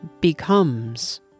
becomes